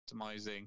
optimizing